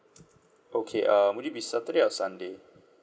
okay err would it be saturday or sunday